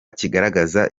kigaragaza